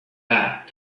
back